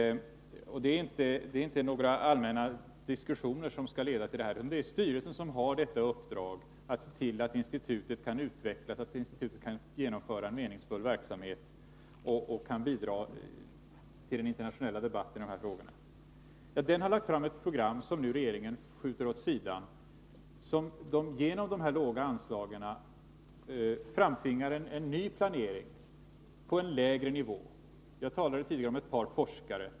Det är inte några allmänna diskussioner som skall leda till planeringen, utan det är styrelsen som har uppdraget att se till att institutet kan utvecklas, kan genomföra en meningsfull verksamhet och bidra till den internationella debatten i dessa frågor. Styrelsen har lagt fram ett program som regeringen nu skjuter åt sidan. Genom det här låga anslaget framtvingar regeringen en ny planering, på en lägre nivå. Jag talade tidigare om ett par forskare.